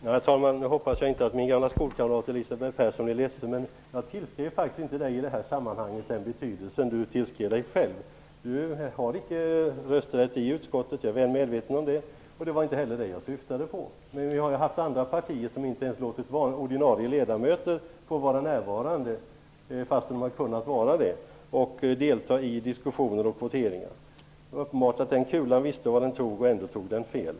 Herr talman! Jag hoppas att min gamla skolkamrat Elisbeth Persson inte blir ledsen nu, men jag tillskrev henne faktiskt inte den betydelse hon tillskrev sig själv i detta sammanhang. Elisabeth Persson har inte rösträtt i utskottet. Jag är väl medveten om det. Det var inte heller Elisabeth Persson jag syftade på. Men det finns andra partier som inte ens har låtit ordinarie ledamöter vara närvarande, fastän de kunnat, och delta i diskussioner och voteringar. Det är uppenbart att den kulan visste var den tog, och ändå tog den fel.